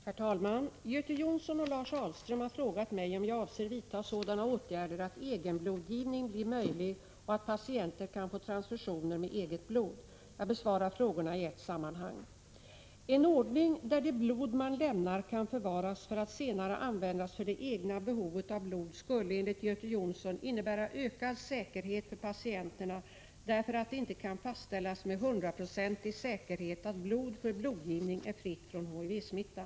Herr talman! Göte Jonsson och Lars Ahlström har frågat mig om jag avser vidta sådana åtgärder att egenblodgivning blir möjlig och att patienter kan få transfusioner med eget blod. Jag besvarar frågorna i ett sammanhang. En ordning där det blod man lämnar kan förvaras för att senare användas för det egna behovet av blod skulle enligt Göte Jonsson innebära ökad säkerhet för patienterna därför att det inte kan fastställas med hundraprocentig säkerhet att blod för blodgivning är fritt från HIV-smitta.